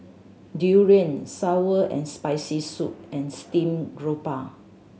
durian sour and Spicy Soup and steamed grouper